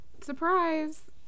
surprise